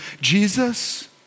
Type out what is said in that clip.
Jesus